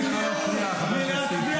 אני מבקש לא